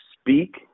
Speak